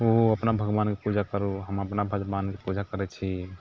ओहो अपना भगवानके पूजा करु हम अपना भगवानके पूजा करै छी